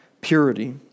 purity